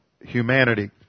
humanity